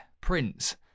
prince